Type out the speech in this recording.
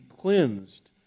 cleansed